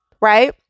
right